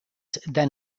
than